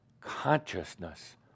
consciousness